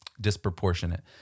disproportionate